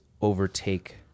overtake